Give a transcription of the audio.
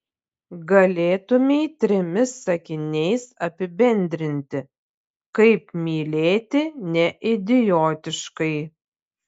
galėtumei trimis sakiniais apibendrinti kaip mylėti neidiotiškai